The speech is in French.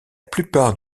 plupart